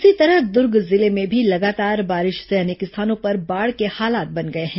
इसी तरह दुर्ग जिले में भी लगातार बारिश से अनेक स्थानों पर बाढ़ के हालात बन गए हैं